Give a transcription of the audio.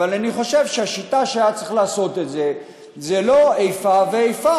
אבל אני חושב שהשיטה שבה היה צריך לעשות את זה היא לא איפה ואיפה.